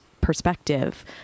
perspective